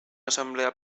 assemblea